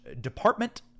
Department